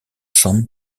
some